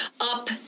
up